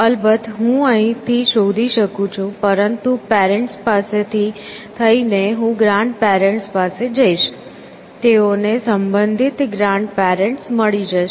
અલબત્ત હું અહીંથી શોધી શકું છું પરંતુ પેરેન્ટ્સ પાસેથી થઈને હું ગ્રાન્ડ પેરેન્ટ્સ પાસે જઇશ તેઓને સંબંધિત ગ્રાન્ડ પેરેન્ટ્સ મળી શકશે